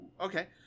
okay